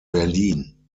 berlin